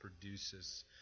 produces